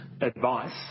advice